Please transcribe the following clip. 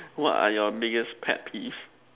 what are your biggest pet peeves